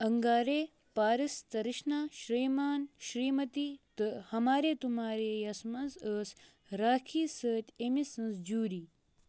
انگارے پارس ترشنا شریمان شریمتی تہٕ ہمارے تُمارے یَس منٛز ٲس راکھی سۭتۍ أمۍ سٕنٛز جوٗری